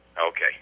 Okay